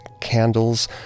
candles